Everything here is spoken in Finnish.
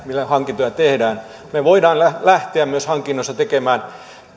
millä hankintoja tehdään me voimme lähteä myös tekemään